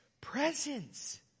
presence